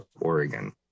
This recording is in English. Oregon